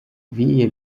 віє